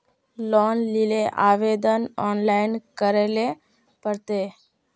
Loan लेले आवेदन online करे ले पड़ते?